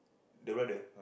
the brother